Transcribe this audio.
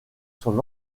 son